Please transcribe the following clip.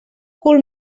cul